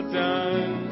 done